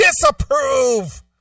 disapprove